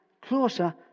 closer